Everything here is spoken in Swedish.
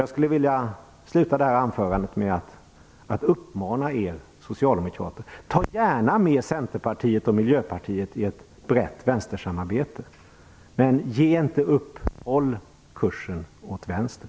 Jag skulle vilja avsluta det här anförandet med att uppmana er socialdemokrater: Ta gärna med Centerpartiet och Miljöpartiet i ett brett vänstersamarbete! Men ge inte upp! Håll kursen åt vänster!